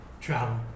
travel